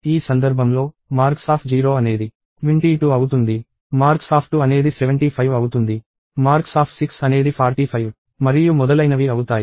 ఈ సందర్భంలో marks0 అనేది 22 అవుతుంది marks2 అనేది 75 అవుతుంది marks6 అనేది 45 మరియు మొదలైనవి అవుతాయి